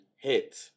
hit